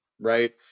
right